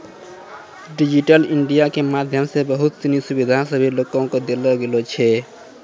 digital India के माध्यमो से बहुते सिनी सुविधा सभ लोको के देलो गेलो छै